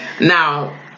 now